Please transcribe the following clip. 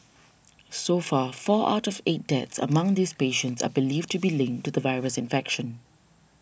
so far four out of eight deaths among these patients are believed to be linked to the virus infection